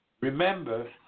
Remember